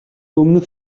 өмнөх